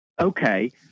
Okay